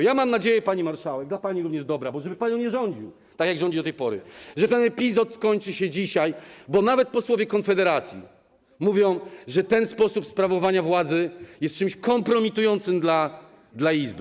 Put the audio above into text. Ja mam nadzieję, pani marszałek - również dla pani dobra, żeby panią nie rządził, tak jak rządzi do tej pory - że ten epizod skończy się dzisiaj, bo nawet posłowie Konfederacji mówią, że ten sposób sprawowania władzy jest czymś kompromitującym dla Izby.